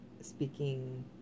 speaking